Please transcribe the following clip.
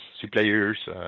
suppliers